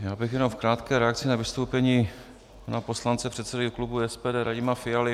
Já bych jenom v krátké reakci na vystoupení pana poslance, předsedy klubu SPD Radima Fialy.